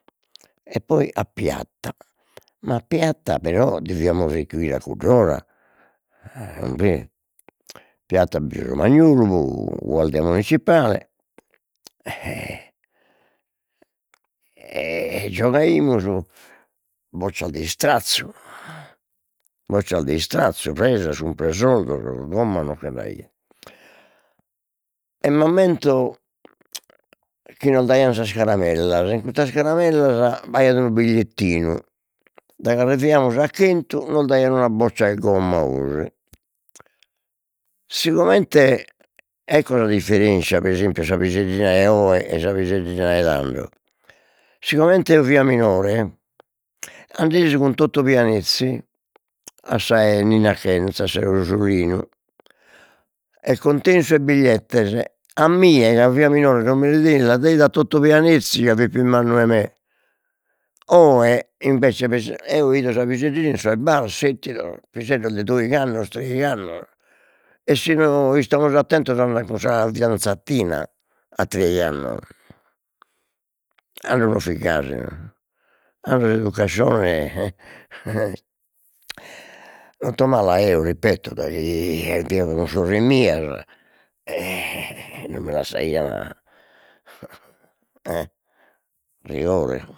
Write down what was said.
E poi a piatta, ma a piatta però deviamus recuire a cudd'ora, e in piatta bi fit Romagnolu, guardia municipale e giogaimus boccias de istrazzu, boccias de istrazzu, pedras cun presolzos, gommas nocche nd'aiat e m'ammento chi nos daian sas caramellas e in custa caramellas b'aiat unu bigliettinu, daghi arriviamus a chentu nos daian una boccia 'e gomma 'osi, sigomente, ecco sa differenscia pre esempiu sa piseddina 'e oe e sa piseddina 'e tando, sigomente eo fia minore, andesi cun Toto Pianezzi a se e Nina Achenza, a sa e Rosolinu, e contein sos bigliettes, a mie ca fia minore non minde deit, la deit a Toto Pianezzi, ca fit pius mannu 'e me, oe invece pre oe 'ido sa piseddina in sos bar settidos, piseddos de doigh'annos treigh'annos e si no istamus attentos andan cun sa fidanzatina a treigh'annos, tando non fit gasi no, tando s'educascione e e eo ripeto daghi eo fio cun sorres mias non mi lassaian e minore